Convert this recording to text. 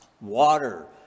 water